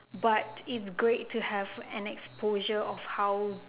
but it's great to have an exposure of how